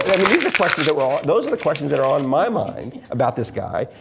i mean these are questions that are all, those are the questions that are on my mind about this guy.